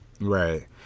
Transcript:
Right